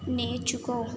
నేర్చుకో